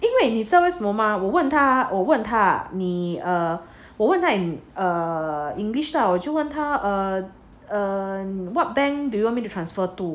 因为你知道为什么吗我问他我问他你 err 我问他 err in english lah 我就问他 err err what bank do you want me to transfer to